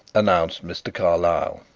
announced mr. carlyle,